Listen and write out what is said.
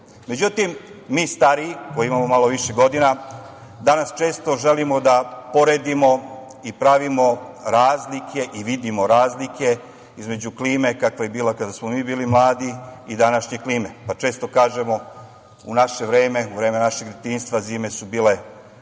veka.Međutim, mi stariji koji imamo malo više godina danas često želimo da poredimo i pravimo razlike i vidimo razlike između klime kakva je bila kada smo mi bili mladi i današnje klime, pa često kažemo "u naše vreme, u vreme našeg detinjstva zime su bile sa